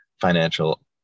financial